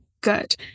good